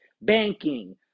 Banking